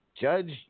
judge